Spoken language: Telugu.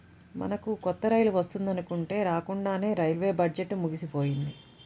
మనకు కొత్త రైలు వస్తుందనుకుంటే రాకండానే రైల్వే బడ్జెట్టు ముగిసిపోయింది